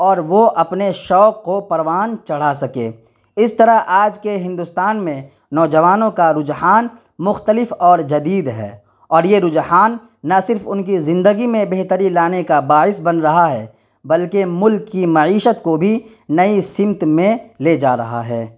اور وہ اپنے شوق کو پروان چڑھا سکیں اس طرح آج کے ہندوستان میں نوجوانوں کا رجحان مختلف اور جدید ہے اور یہ رجحان نہ صرف ان کی زندگی میں بہتری لانے کا باعث بن رہا ہے بلکہ ملک کی معیشت کو بھی نئی سمت میں لے جا رہا ہے